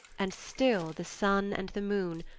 and still the sun and the moon,